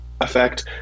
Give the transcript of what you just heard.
effect